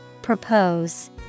Propose